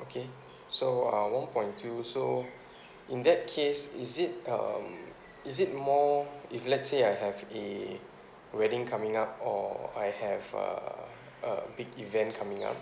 okay so uh one point two so in that case is it um is it more if let's say I have a wedding coming up or I have a a big event coming up